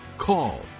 call